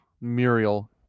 Muriel